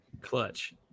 Clutch